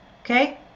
Okay